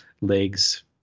legs